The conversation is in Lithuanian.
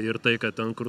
ir tai kad ten kur